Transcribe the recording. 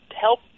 help